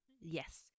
yes